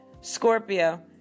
Scorpio